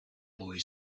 boy